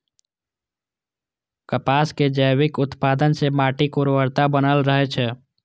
कपासक जैविक उत्पादन सं माटिक उर्वरता बनल रहै छै